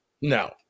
no